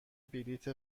بلیط